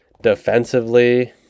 defensively